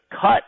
cut